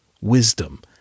wisdom